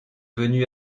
venu